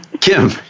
Kim